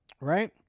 Right